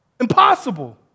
Impossible